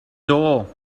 door